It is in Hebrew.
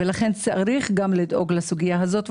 צריך גם לדאוג לסוגיה הזאת.